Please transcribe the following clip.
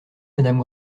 madame